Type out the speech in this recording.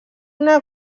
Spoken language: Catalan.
una